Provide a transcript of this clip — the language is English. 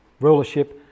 rulership